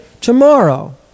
tomorrow